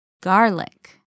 Garlic